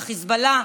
החיזבאללה,